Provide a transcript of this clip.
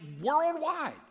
worldwide